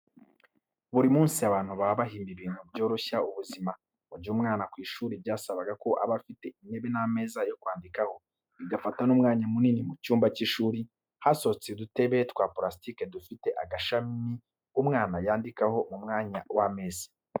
Buri munsi abantu baba bahimba ibintu byoroshya ubuzima. Mu gihe umwana ku ishuri byasabaga ko aba afite intebe n'ameza yo kwandikiraho, bigafata n'umwanya munini mu cyumba cy'ishuri, hasohotse udutebe twa purasitiki dufite agashami umwana yandikiraho mu mwanya w'ameza.